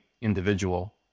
individual